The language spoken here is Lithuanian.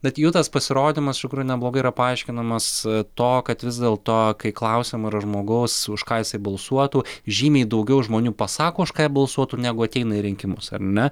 bet jų tas pasirodymas iš tikrųjų neblogai yra paaiškinamas to kad vis dėlto kai klausiama ar žmogaus už ką jisai balsuotų žymiai daugiau žmonių pasako už ką jie balsuotų negu ateina į rinkimus ar ne